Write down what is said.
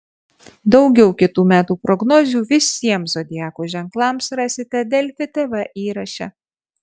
daugiau kitų metų prognozių visiems zodiako ženklams rasite delfi tv įraše